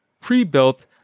pre-built